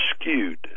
skewed